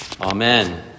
Amen